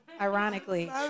ironically